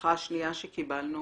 ההבטחה השנייה שקיבלנו